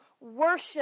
worship